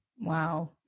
Wow